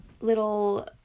little